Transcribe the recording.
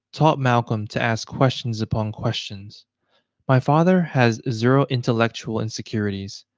taught malcolm to ask questions upon questions my father has zero intellectual insecurities.